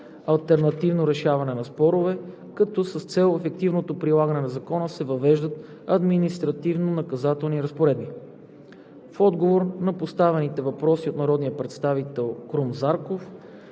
алтернативно решаване на спорове, като с цел ефективното прилагане на Закона се въвеждат административнонаказателни разпоредби. В отговор на поставените от народния